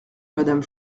madame